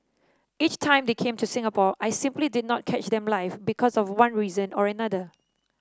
every time they came to Singapore I simply did not catch them live because of one reason or another